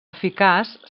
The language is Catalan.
eficaç